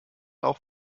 auch